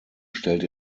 stellt